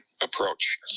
approach